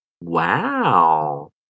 Wow